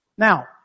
Now